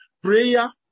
Prayer